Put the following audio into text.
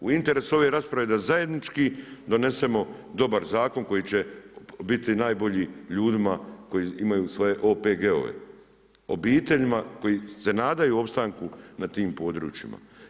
U interesu je ove rasprave da zajednički donesemo dobar zakon koji će biti najbolji ljudima koji imaju svoje OPG-ove, obiteljima koji se nadaju opstanku na tim područjima.